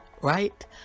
Right